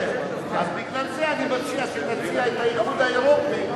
ובגלל זה אני מציע שתציע את האיחוד האירופי,